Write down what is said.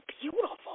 beautiful